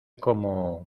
como